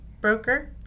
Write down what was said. broker